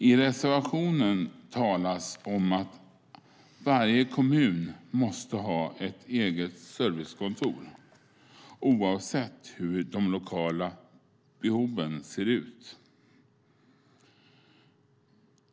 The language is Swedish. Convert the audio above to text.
I reservationen talas det om att varje kommun måste ha ett eget servicekontor, oavsett hur de lokala behoven ser ut.